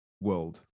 world